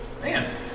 man